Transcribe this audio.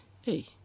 Hey